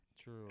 True